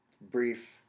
brief